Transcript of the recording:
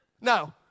No